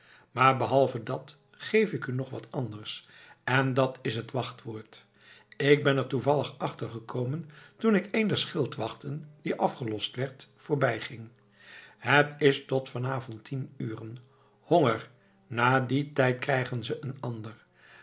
maar behalve dat geef ik u nog wat anders en dat is het wachtwoord ik ben er toevallig achter gekomen toen ik een der schildwachten die afgelost werd voorbijging het is tot van avond tien uren honger na dien tijd krijgen ze een ander